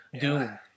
doom